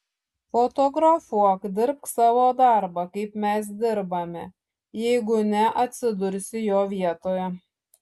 fotografuok dirbk savo darbą kaip mes dirbame jeigu ne atsidursi jo vietoje